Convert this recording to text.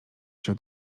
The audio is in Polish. się